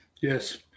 Yes